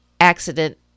accident